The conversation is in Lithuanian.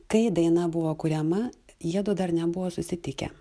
kai daina buvo kuriama jiedu dar nebuvo susitikę